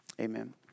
amen